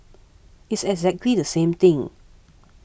it's exactly the same thing